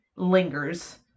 lingers